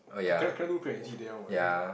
can cannot do free and easy there one what then the